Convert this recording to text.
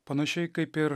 panašiai kaip ir